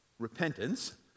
repentance